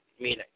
meaning